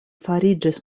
fariĝis